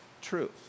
truth